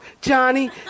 Johnny